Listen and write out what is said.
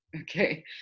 Okay